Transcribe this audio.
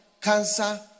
cancer